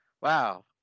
Wow